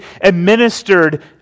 administered